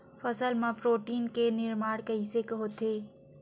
फसल मा प्रोटीन के निर्माण कइसे होथे?